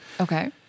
Okay